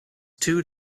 two